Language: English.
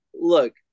look